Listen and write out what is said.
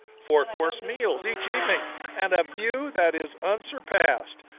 four course meals each evening and a view that is unsurpassed.